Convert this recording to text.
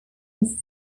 his